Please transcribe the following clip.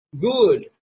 good